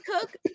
cook